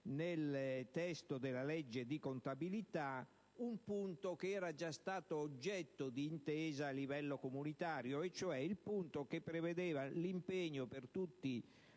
nel testo della legge di contabilità un punto già oggetto d'intesa a livello comunitario, cioè quello che prevedeva l'impegno per tutti